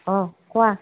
অঁ কোৱা